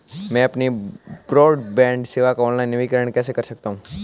मैं अपनी ब्रॉडबैंड सेवा का ऑनलाइन नवीनीकरण कैसे कर सकता हूं?